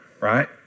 right